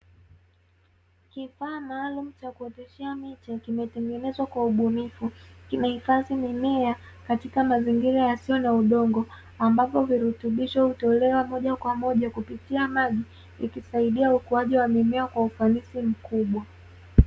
Kifaa maalumu cha kuoteshea miche kimetengenezwa kwa ubunifu kimehifadhi mimea katika mazingira yasiyo na udongo ambapo virutubisho hutolewa moja kwa moja kupitia maji ikisaidia ukuaji wa mimea kwa ufanisi mkubwa